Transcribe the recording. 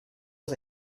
was